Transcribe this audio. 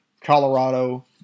Colorado